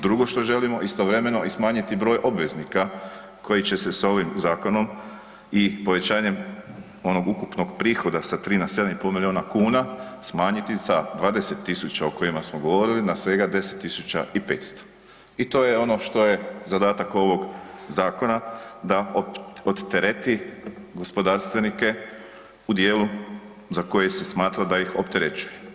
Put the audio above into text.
Drugo što želimo istovremeno i smanjiti broj obveznika koji će se s ovim zakonom i povećanjem onog ukupnog prihoda sa 3 na 7,5 milijuna kuna smanjiti sa 20 000 o kojima smo govorili na svega 10 500 i to je ono što je zadatak ovog zakona, da odtereti gospodarstvenike u djelu za koji se smatra da ih opterećuje.